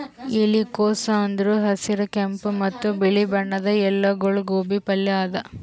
ಎಲಿಕೋಸ್ ಅಂದುರ್ ಹಸಿರ್, ಕೆಂಪ ಮತ್ತ ಬಿಳಿ ಬಣ್ಣದ ಎಲಿಗೊಳ್ದು ಗೋಬಿ ಪಲ್ಯ ಅದಾ